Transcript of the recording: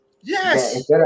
Yes